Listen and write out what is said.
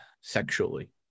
sexually